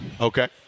Okay